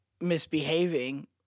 misbehaving